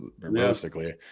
realistically